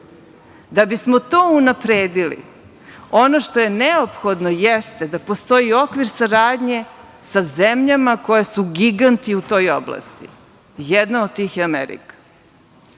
Da bismo to unapredili, ono što je neophodno jeste da postoji okvir saradnje sa zemljama koje su giganti u toj oblasti. Jedna od njih je Amerika. Mi